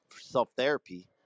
self-therapy